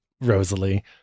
Rosalie